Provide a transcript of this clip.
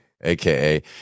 aka